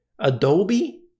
Adobe